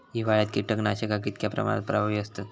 हिवाळ्यात कीटकनाशका कीतक्या प्रमाणात प्रभावी असतत?